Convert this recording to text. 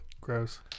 Gross